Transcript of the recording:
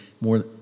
more